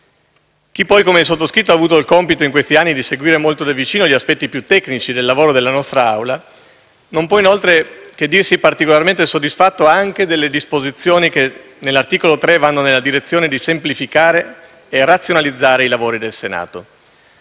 Chi, poi, come il sottoscritto, ha avuto il compito in questi anni di seguire molto da vicino gli aspetti più tecnici del lavoro della nostra Aula non può che dirsi particolarmente soddisfatto delle disposizioni che, nell'articolo 3, vanno nella direzione di semplificare e razionalizzare i lavori del Senato.